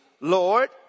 Lord